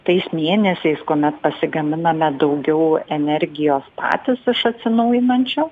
tais mėnesiais kuomet pasigaminame daugiau energijos patys iš atsinaujinančių